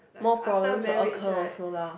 more problems will occur also lah